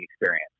experience